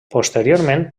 posteriorment